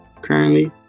currently